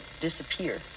disappear